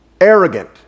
arrogant